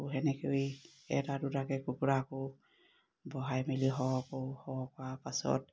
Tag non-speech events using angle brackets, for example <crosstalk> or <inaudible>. আকৌ সেনেকৈ এটা দুটাকে কুকুৰাকো <unintelligible> মেলি সৰহ কৰোঁ সৰহ কৰাৰ পাছত